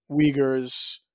Uyghurs